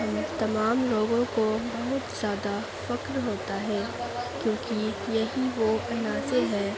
تمام لوگوں کو بہت زیادہ فخر ہوتا ہے کیوں کہ یہی وہ عناصر ہیں